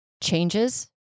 changes